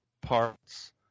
parts